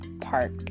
Park